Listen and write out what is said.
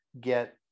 get